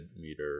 meter